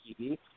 TV